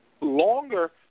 longer